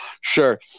Sure